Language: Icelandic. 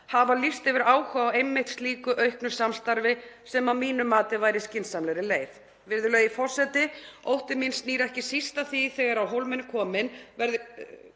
hafa lýst yfir áhuga á einmitt slíku auknu samstarfi, sem að mínu mati væri skynsamlegri leið. Virðulegi forseti. Ótti minn snýr ekki síst að því að þegar á hólminn er komið verði